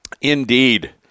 Indeed